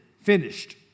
finished